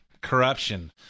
corruption